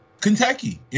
Kentucky